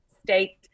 state